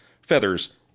feathers